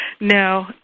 No